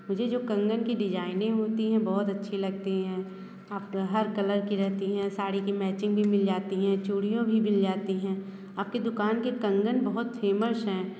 मुझे जो कंगन की डिज़ाइने होती हैं बहुत ही अच्छी लगती हैं आप हर कलर की रहती हैं साड़ी की मैचिंग भी मिल जाती हैं चूड़ियों भी मिल जाती हैं आपके दुकान के कंगन बहुत फेमस हैं